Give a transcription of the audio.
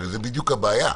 הרי זאת בדיוק הבעיה.